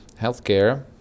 Healthcare